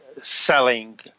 selling